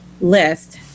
list